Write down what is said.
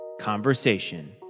conversation